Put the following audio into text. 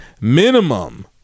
minimum